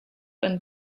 and